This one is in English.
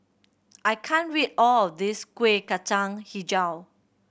I can't read all of this Kueh Kacang Hijau